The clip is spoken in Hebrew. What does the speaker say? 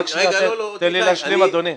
תן להשלים, אדוני.